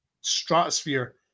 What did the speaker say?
stratosphere